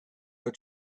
your